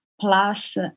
plus